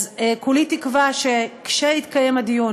אז כולי תקווה שכשיתקיים הדיון,